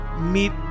meet